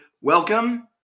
welcome